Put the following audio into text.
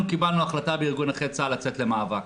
אנחנו קיבלנו החלטה בארגון נכי צה"ל לצאת למאבק.